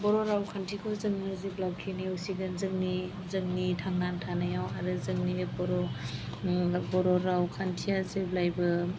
बर' रावखान्थिखौ जोङो जेब्लाखि नेवसिगोन जोंनि थांना थानायाव आरो जोंनि बर' रावखान्थिया जेब्लायबो